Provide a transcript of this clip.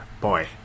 boy